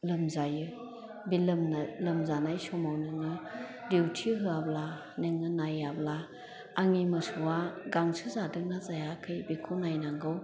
लोमजायो बे लोमनाय लोमजानाय समाव नोङो दिउथि होयाब्ला नोङो नायाब्ला आंनि मोसौवा गांसो जादोंना जायाखै बेखौ नायनांगौ